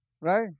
right